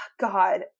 God